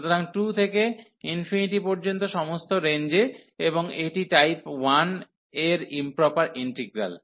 সুতরাং 2 থেকে পর্যন্ত সম্পূর্ণ রেঞ্জে এবং এটি টাইপ 1 এর ইম্প্রপার ইন্টিগ্রাল